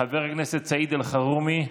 חבר הכנסת סעיד אלחרומי,